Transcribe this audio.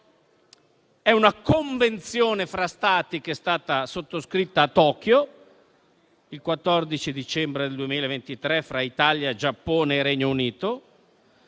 È una Convenzione fra Stati che è stata sottoscritta a Tokyo il 14 dicembre 2023 fra Italia, Giappone e Regno Unito.